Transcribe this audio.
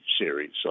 series